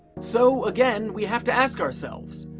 so again, we have to ask ourselves,